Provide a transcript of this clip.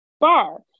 bar